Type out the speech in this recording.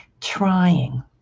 Trying